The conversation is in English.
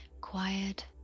quiet